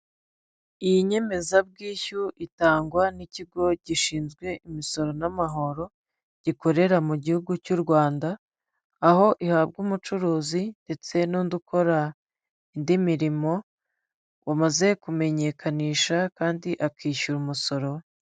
Iyi nyemezabwishyu itangwa n'ikigo gishinzwe imisoro n'amahoro gikorera mu gihugu cy'u Rwanda, aho ihabwa umucuruzi ndetse n'undi ukora indi mirimo, wamaze kumenyekanisha kandi akishyura umusoro.